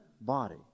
body